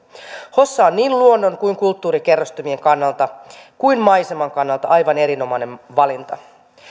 on niin luonnon kulttuurikerrostumien kuin maiseman kannalta aivan erinomainen valinta